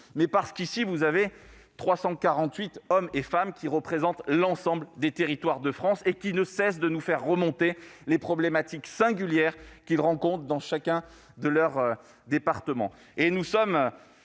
dans cet hémicycle, 348 hommes et femmes qui représentent l'ensemble des territoires de France et qui ne cessent de nous faire remonter les problématiques singulières qu'ils rencontrent dans leur département.